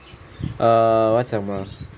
err 我要讲什么了 ah